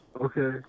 Okay